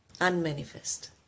unmanifest